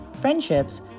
friendships